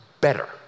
better